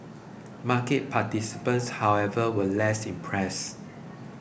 market participants however were less impressed